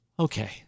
Okay